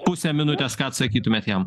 pusę minutės ką atsakytumėt jam